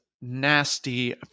nasty